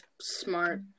smart